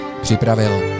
Připravil